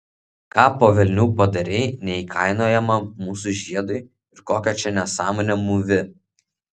ką po velnių padarei neįkainojamam mūsų žiedui ir kokią čia nesąmonę mūvi